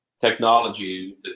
technology